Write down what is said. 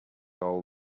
all